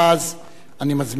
אני מזמין את חבר הכנסת,